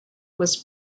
was